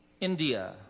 India